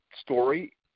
story